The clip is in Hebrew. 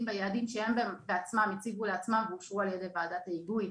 ביעדים שהם בעצמם הציבו לעצמם ואושרו על ידי וועדת ההיגוי.